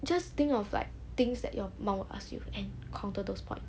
just think of like things that your mom ask you and counter those points